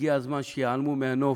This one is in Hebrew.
הגיע הזמן שייעלמו מהנוף,